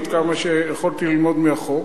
עד כמה שיכולתי ללמוד מהחוק,